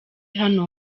hano